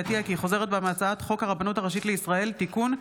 עטייה כי היא חוזרת בה מהצעת חוק הרבנות הראשית לישראל (תיקון,